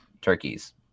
turkeys